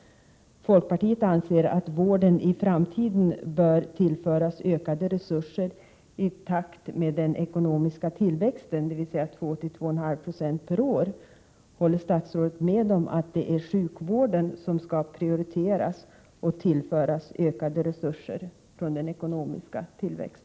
Folkpartiet anser att vården i framtiden bör tillföras ökade resurser i takt med den ekonomiska tillväxten, dvs. 2-2 1/2 Ze per år. Håller statsrådet med om att det är sjukvården som skall prioriteras och tillföras ökade resurser från den ekonomiska tillväxten?